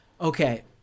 Okay